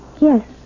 yes